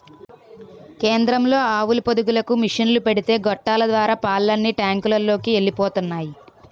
కేంద్రంలో ఆవుల పొదుగులకు మిసన్లు పెడితే గొట్టాల ద్వారా పాలన్నీ టాంకులలోకి ఎలిపోతున్నాయి